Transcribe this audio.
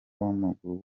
w’amaguru